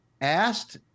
asked